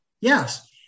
Yes